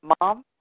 mom